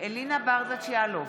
אלינה ברדץ' יאלוב,